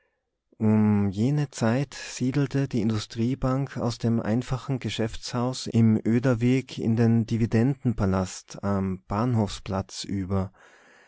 um jene zeit siedelte die industriebank aus dem einfachen geschäftshaus im oederweg in den dividendenpalast am bahnhofsplatz über